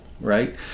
right